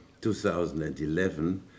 2011